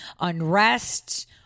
unrest